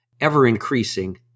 ever-increasing